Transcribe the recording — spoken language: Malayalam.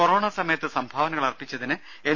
കൊറോണ സമയത്ത് സംഭവനകൾ അർപ്പിച്ചതിന് എൻ